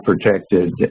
protected